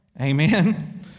Amen